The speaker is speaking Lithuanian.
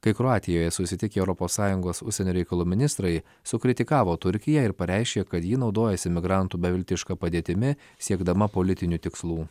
kai kroatijoje susitikę europos sąjungos užsienio reikalų ministrai sukritikavo turkiją ir pareiškė kad ji naudojasi migrantų beviltiška padėtimi siekdama politinių tikslų